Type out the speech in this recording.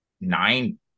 nine